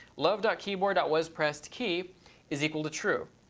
love keyboard waspressed key is equal to true.